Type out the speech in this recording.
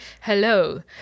Hello